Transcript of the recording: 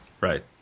Right